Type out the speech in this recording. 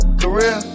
career